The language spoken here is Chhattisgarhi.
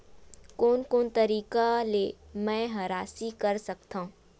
कोन कोन तरीका ले मै ह राशि कर सकथव?